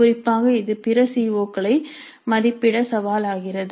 குறிப்பாக இது பிற சீ ஒக்களை மதிப்பிட சவால் ஆகிறது